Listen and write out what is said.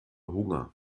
hunger